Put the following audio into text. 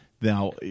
Now